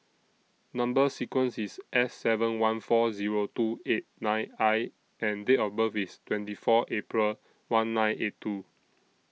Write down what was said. Number sequence IS S seven one four Zero two eight nine I and Date of birth IS twenty four April one nine eight two